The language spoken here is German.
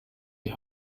die